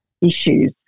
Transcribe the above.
issues